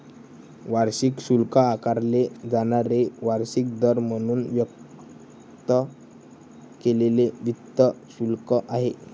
वार्षिक शुल्क आकारले जाणारे वार्षिक दर म्हणून व्यक्त केलेले वित्त शुल्क आहे